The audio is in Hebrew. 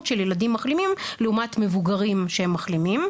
של ילדים מחלימים לעומת מבוגרים שהם מחלימים,